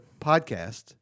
podcast